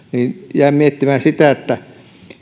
jäin miettimään sitä